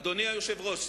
אדוני היושב-ראש,